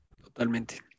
Totalmente